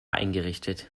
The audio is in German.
eingerichtet